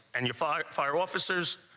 and you, five fire officers.